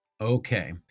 Okay